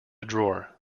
drawer